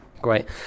Great